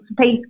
space